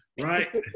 Right